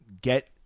Get